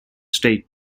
state